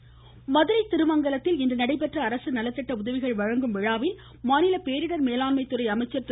உதயகுமார் மதுரை திருமங்கலத்தில் இன்று நடை பெற்ற அரசு நலத்திட்ட உதவிகள் வழங்கும் விழாவில் மாநில பேரிடர் மேலாண்மைத்துறை அமைச்சர் திரு